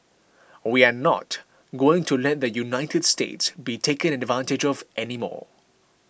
we are not going to let the United States be taken advantage of any more